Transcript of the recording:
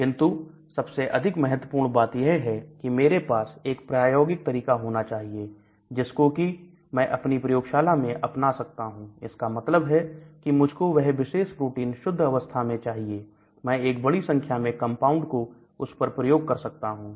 किंतु सबसे अधिक महत्वपूर्ण बात यह है कि मेरे पास एक प्रायोगिक तरीका होना चाहिए जिसको कि मैं अपनी प्रयोगशाला में अपना सकता हूं इसका मतलब है कि मुझको वह विशेष प्रोटीन शुद्धअवस्था में चाहिए मैं एक बड़ी संख्या में कंपाउंड को उस पर प्रयोग कर सकता हूं